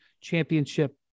championship